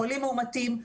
חולים מאומתים,